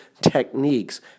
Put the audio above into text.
techniques